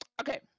okay